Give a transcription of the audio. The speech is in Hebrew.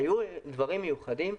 היו דברים מיוחדים,